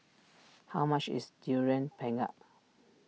how much is Durian Pengat